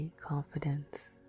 confidence